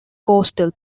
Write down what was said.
coastal